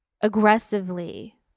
aggressively